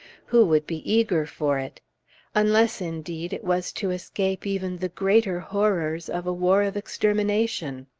who would be eager for it unless, indeed, it was to escape even the greater horrors of a war of extermination.